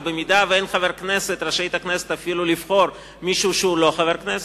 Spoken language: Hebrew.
ואם אין חבר כנסת הכנסת רשאית אפילו לבחור מישהו שהוא לא חבר כנסת,